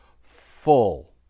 full